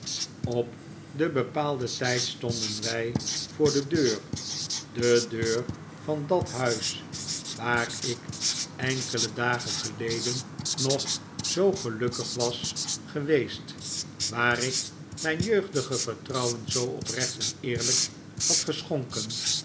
op den bepaalden tijd stonden wij voor de deur de deur van dat huis waar ik enkele dagen geleden nog zoo gelukkig was geweest waar ik mijn jeugdige vertrouwen zoo oprecht en eerlijk had geschonken